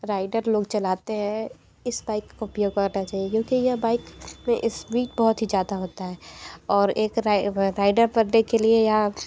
rider लोग चलाते है इस बाइक को उपयोग करना चाहिए क्योंकि यह बाइक में स्पीड बहुत ही ज़्यादा होता है और एक राइडर बनने के लिए या